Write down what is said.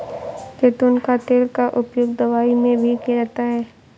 ज़ैतून का तेल का उपयोग दवाई में भी किया जाता है